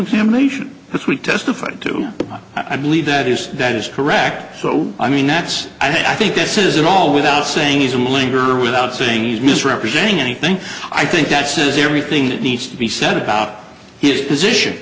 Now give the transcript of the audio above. examination which we testified to i believe that is that is correct so i mean that's i think that says it all without saying he's unwilling or without saying he's misrepresenting anything i think that says everything that needs to be said about his position